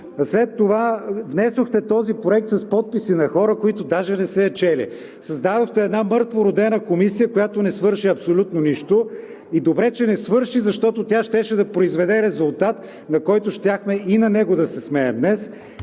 След това внесохте този проект с подписи на хора, които даже не са я чели. Създадохте една мъртвородена комисия, която не свърши абсолютно нищо, и добре, че не свърши, защото тя щеше да произведе резултат, на който щяхме да се смеем днес.